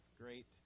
great